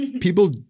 people